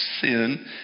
sin